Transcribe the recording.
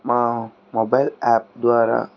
మా mobile app ద్వారా